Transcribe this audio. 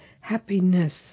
happiness